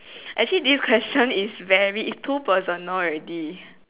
actually this question is very is too personal already